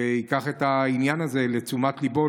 שייקח את העניין הזה לתשומת ליבו,